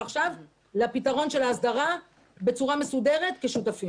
לפתרון של ההסדרה בצורה מסודרת כשותפים.